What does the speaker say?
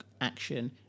action